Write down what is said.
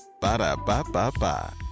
Ba-da-ba-ba-ba